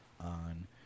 on